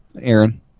Aaron